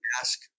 ask